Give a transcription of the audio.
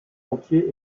entier